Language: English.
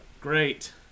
Great